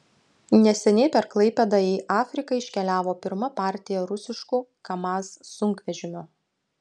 neseniai per klaipėdą į afriką iškeliavo pirma partija rusiškų kamaz sunkvežimių